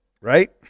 Right